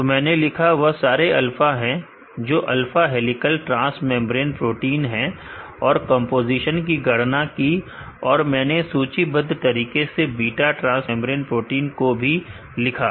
तो मैंने लिखा वह सारे अल्फा हैं जो alpha helical transmembrane protein है और कंपोजीशन की गणना की और मैंने सूचीबद्ध तरीके से बीटा ट्रांस मेंब्रेन प्रोटीन को भी लिखा